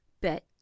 Bet